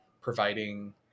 providing